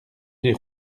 les